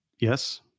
Yes